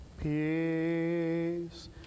Peace